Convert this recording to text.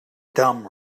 dumb